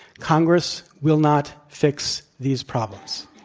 congress will not fix these problems.